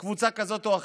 קבוצה כזאת או אחרת,